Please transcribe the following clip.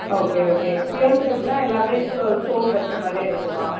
okay okay pearl செட்டுனா எல்லாமே stone வைச்ச மாதிரியே இருக்குமா